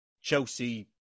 Chelsea